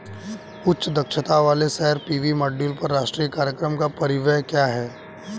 उच्च दक्षता वाले सौर पी.वी मॉड्यूल पर राष्ट्रीय कार्यक्रम का परिव्यय क्या है?